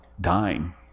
dying